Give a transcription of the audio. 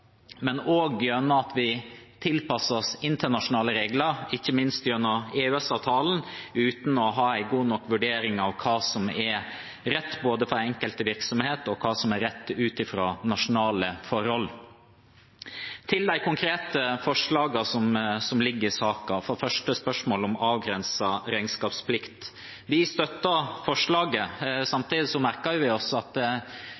men også ved at vi tilpasser oss internasjonale regler, ikke minst gjennom EØS-avtalen, uten å ha en god nok vurdering av hva som er rett for den enkelte virksomhet, og hva som er rett ut fra nasjonale forhold. Til de konkrete forslagene som ligger i saken – for det første spørsmålet om avgrenset regnskapsplikt: Vi støtter forslaget,